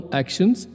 actions